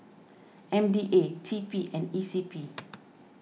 M D A T P and E C P